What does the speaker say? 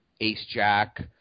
ace-jack